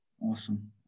Awesome